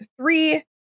three